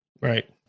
Right